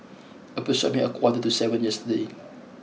approximately a quarter to seven yesterday